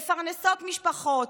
מפרנסות משפחות,